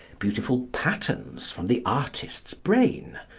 beautiful patterns from the artist's brain,